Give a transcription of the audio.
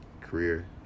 career